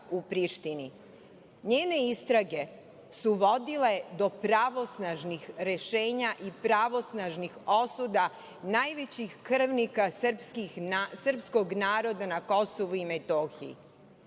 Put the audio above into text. istrage su vodile do pravosnažnih rešenja i pravosnažnih osuda najvećih krvnika srpskog naroda na KiM.